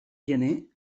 gener